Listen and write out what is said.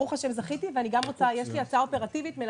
ברוך השם זכיתי ויש לי הצעה אופרטיבית.